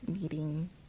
needing